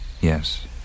Yes